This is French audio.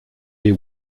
des